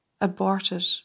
aborted